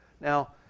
Now